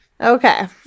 okay